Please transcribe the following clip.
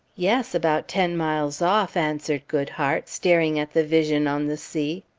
yes, about ten miles off, answered goodhart, staring at the vision on the sea.